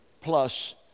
plus